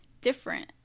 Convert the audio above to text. different